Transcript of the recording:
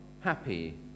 happy